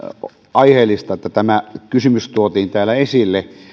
aiheellista että tämä kysymys tuotiin täällä esille